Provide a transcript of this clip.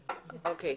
אוקיי.